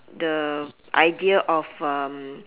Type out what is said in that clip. the idea of um